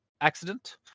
accident